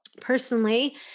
personally